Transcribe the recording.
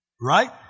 right